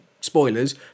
spoilers